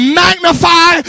magnify